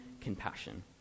compassion